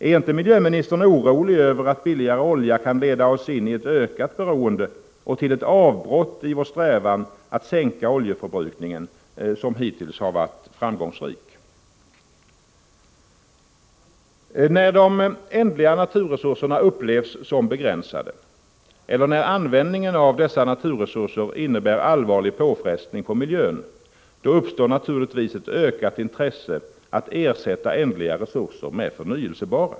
Är inte miljöministern orolig över att billigare olja kan leda oss in i ett ökat beroende och medföra ett avbrott i vår hittills framgångsrika strävan att sänka oljeförbrukningen? När de ändliga naturresurserna upplevs som begränsade eller när användningen av dessa naturresurser innebär allvarlig påfrestning på miljön, då uppstår naturligtvis ett ökat intresse att ersätta ändliga resurser med förnyelsebara.